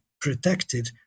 protected